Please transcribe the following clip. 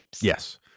yes